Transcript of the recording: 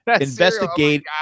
investigate